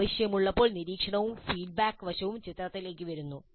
ആവശ്യമുള്ളപ്പോൾ നിരീക്ഷണവും ഫീഡ്ബാക്ക് വശവും ചിത്രത്തിലേക്ക് വരുന്നു